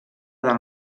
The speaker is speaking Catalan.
del